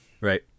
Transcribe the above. Right